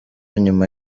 nyuma